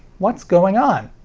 what's going on?